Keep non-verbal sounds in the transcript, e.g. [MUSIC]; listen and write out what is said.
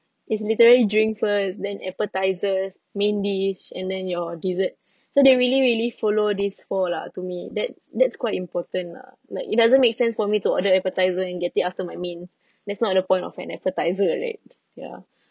it's literary drinks first then appetizer main dish and then your dessert [LAUGHS] so they really really follow this four lah to me that's that's quite important lah like it doesn't make sense for me to order appetizer and get it after my mains [BREATH] that's not the point of an appetizer right ya